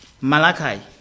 Malachi